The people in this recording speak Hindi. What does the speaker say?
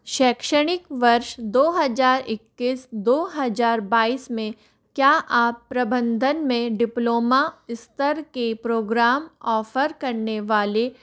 शैक्षणिक वर्ष दो हज़ार इक्कीस दो हज़ार बाईस में क्या आप प्रबंधन में डिप्लोमा स्तर के प्रोग्राम ऑफ़र करने वाले